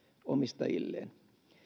omistajilleen